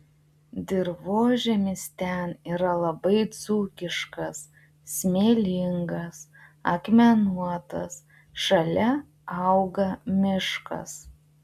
dirvožemis ten yra labai dzūkiškas smėlingas akmenuotas šalia auga miškas